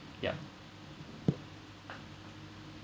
yup